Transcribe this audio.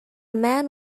man